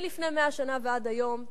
מלפני 100 שנה ועד היום,